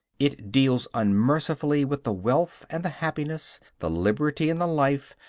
it deals unmercifully with the wealth and the happiness, the liberty and the life,